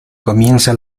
comienza